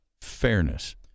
fairness